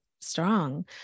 strong